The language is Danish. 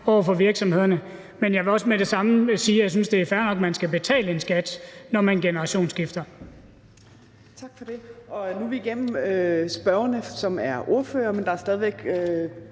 over for virksomhederne. Men jeg vil også med det samme sige, at jeg synes, det er fair nok, at man skal betale en skat, når man generationsskifter.